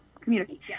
community